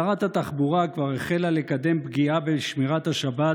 שרת התחבורה כבר החלה לקדם פגיעה בשמירת השבת